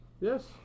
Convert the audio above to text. Yes